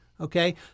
okay